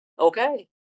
Okay